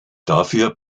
dafür